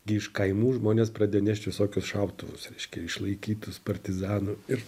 gi iš kaimų žmonės pradėjo nešti visokius šautuvus reiškia išlaikytus partizanų ir